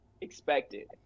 expected